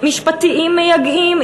משפטיים מייגעים,